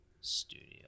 studio